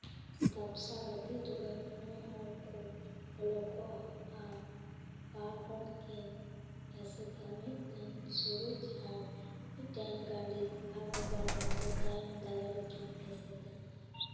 ᱰᱷᱟᱯᱥᱟ ᱜᱟᱛᱮ ᱨᱮᱫᱚ ᱯᱩᱱ ᱦᱚᱲ ᱠᱚ ᱵᱚᱞᱚ ᱠᱚᱜᱼᱟ ᱟᱨ ᱵᱟᱨ ᱦᱚᱲ ᱠᱤᱱ ᱮᱥᱮᱛᱟ ᱢᱤᱫᱴᱮᱱ ᱥᱩᱨᱳᱡ ᱟᱨ ᱢᱤᱫᱴᱮᱱ ᱜᱟᱸᱰᱤᱛ ᱟᱨᱚ ᱵᱟᱨ ᱦᱚᱲ ᱫᱚ ᱛᱟᱭᱚᱢ ᱫᱟᱣᱟ ᱨᱮᱠᱤᱱ ᱮᱥᱮᱫᱟ